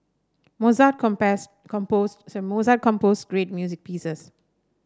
mozart composed mozart composed great music pieces